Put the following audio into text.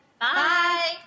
Bye